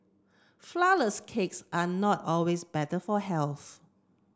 flourless cakes are not always better for health